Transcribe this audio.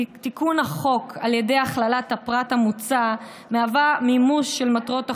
תיקון החוק על ידי הכללת הפרט המוצע מהווה מימוש של מטרות החוק,